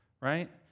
right